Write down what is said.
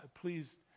Please